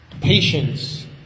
patience